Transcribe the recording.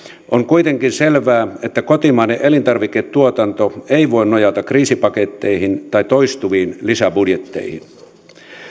on kuitenkin selvää että kotimainen elintarviketuotanto ei voi nojata kriisipaketteihin tai toistuviin lisäbudjetteihin